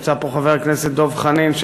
נמצא פה חבר הכנסת דב חנין,